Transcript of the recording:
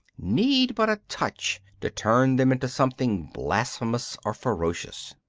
need but a touch to turn them into something blasphemous or ferocious.